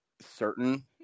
certain